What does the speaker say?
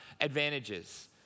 advantages